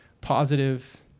positive